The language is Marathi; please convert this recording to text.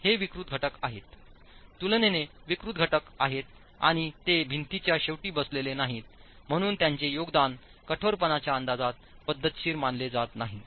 तर हे विकृत घटक आहेत तुलनेने विकृत घटक आहेत आणि ते भिंतींच्या शेवटी बसलेले नाहीत आणि म्हणून त्यांचे योगदान कठोरपणाच्या अंदाजात पद्धतशीर मानले जात नाही